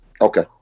okay